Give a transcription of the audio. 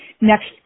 next